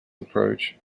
approach